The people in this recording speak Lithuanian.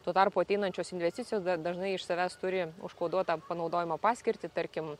tuo tarpu ateinančios investicijos dažnai iš savęs turi užkoduotą panaudojimo paskirtį tarkim